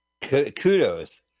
Kudos